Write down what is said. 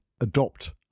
adopt